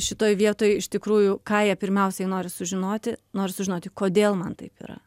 šitoj vietoj iš tikrųjų ką jie pirmiausiai nori sužinoti nori sužinoti kodėl man taip yra